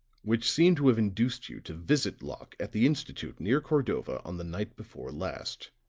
which seem to have induced you to visit locke at the institute near cordova on the night before last.